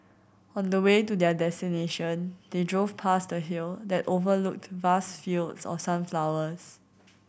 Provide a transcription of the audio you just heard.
on the way to their destination they drove past the hill that overlooked vast fields of sunflowers